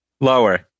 lower